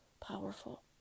powerful